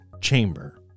chamber